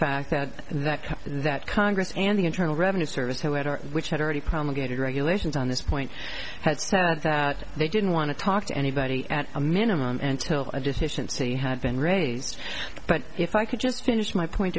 fact that that that congress and the internal revenue service to letter which had already promulgated regulations on this point had so that they didn't want to talk to anybody at a minimum and still a deficiency had been raised but if i could just finish my point